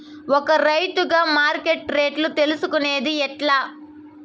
ఒక రైతుగా మార్కెట్ రేట్లు తెలుసుకొనేది ఎట్లా?